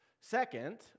Second